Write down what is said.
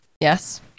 Yes